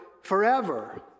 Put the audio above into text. forever